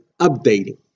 updating